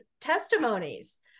testimonies